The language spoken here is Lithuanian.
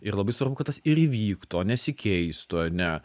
ir labai svarbu kad tas ir įvyktų o nesikeistų ane